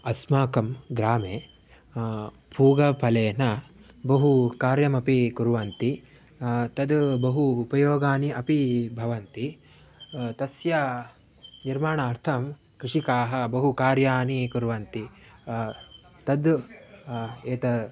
अस्माकं ग्रामे पूगफलेन बहुकार्यमपि कुर्वन्ति तानि बहु उपयोगाय अपि भवन्ति तस्य निर्माणार्थं कृषिकाः बहुकार्याणि कुर्वन्ति तद् एतानि